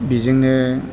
बेजोंनो